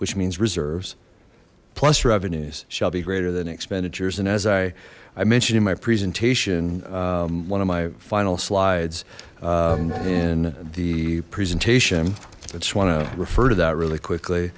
which means reserves plus revenues shall be greater than expenditures and as i i mentioned in my presentation one of my final slides in the presentation that's one of refer to that really quickly